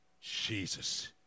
Jesus